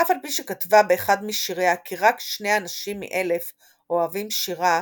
אף על פי שכתבה באחד משיריה כי רק שני אנשים מאלף אוהבים שירה,